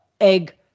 Egg